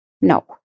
no